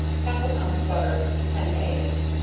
half a pound butter, ten eggs.